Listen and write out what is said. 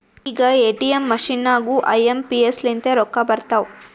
ಈಗ ATM machine ನಾಗೂ I M P S ಲಿಂತೆ ರೊಕ್ಕಾ ಬರ್ತಾವ್